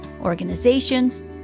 organizations